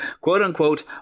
quote-unquote